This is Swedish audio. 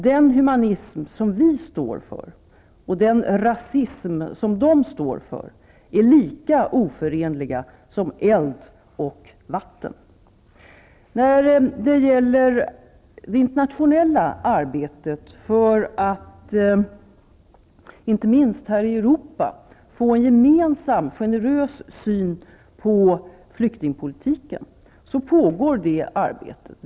Den humanism som vi står för och den rasism som de står för är lika oförenliga som eld och vatten.'' Det internationella arbetet för att, inte minst i Europa, få en gemensam generös syn på flyktingpolitiken pågår.